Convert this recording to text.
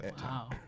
Wow